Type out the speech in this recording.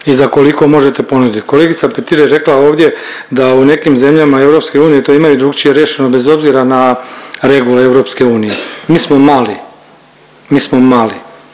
i za koliko možete ponudit. Kolegica Petir je rekla ovdje da u nekim zemljama EU to imaju drukčije riješeno bez obzira na regule EU. Mi smo mali, mi smo mali